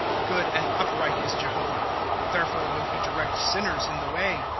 good and upright is jehovah therefore will he direct sinners in the way.